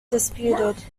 disputed